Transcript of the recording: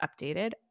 updated